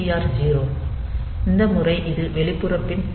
TR 0 இந்த முறை இது வெளிப்புற பின் P3